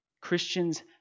Christians